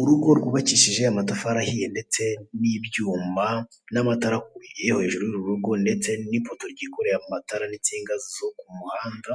Urugo rwubakishije amatafari ahiye ndetse n'ibyuma, n'amatara ari hejuru y'uru rugo ndetse n'ipoto ryikoreye amatara n'insinga zo ku muhanda,